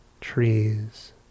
trees